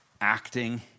acting